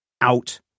out